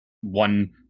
one